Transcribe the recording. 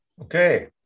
okay